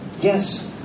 Yes